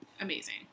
Amazing